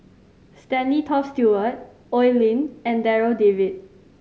Stanley Toft Stewart Oi Lin and Darryl David